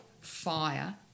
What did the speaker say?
fire